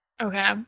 Okay